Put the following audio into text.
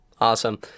awesome